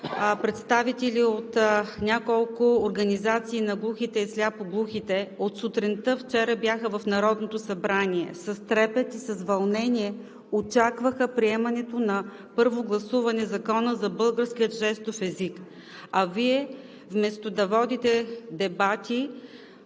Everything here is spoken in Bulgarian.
представители на няколко организации на глухите и сляпо-глухите, от вчера сутринта бяха в Народното събрание и с трепет и вълнение очакваха приемането на първо гласуване на Закона за българския жестов език, а Вие вместо да водите дебатите